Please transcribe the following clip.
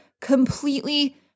completely